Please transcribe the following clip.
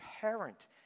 parent